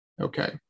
Okay